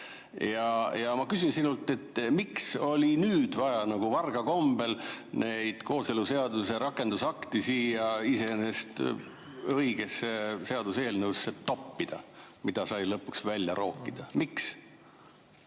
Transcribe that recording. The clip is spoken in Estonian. Ma küsin sinult, miks oli nüüd vaja nagu varga kombel neid kooseluseaduse rakendusakte iseenesest õigesse seaduseelnõusse toppida, mis sai lõpuks välja roogitud. Miks?